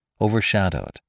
overshadowed